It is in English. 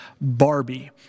Barbie